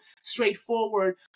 straightforward